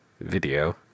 Video